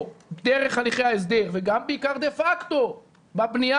דרך הליכי ההסדר וגם בעיקר דה פקטו בבנייה,